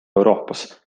euroopas